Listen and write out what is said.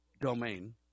domain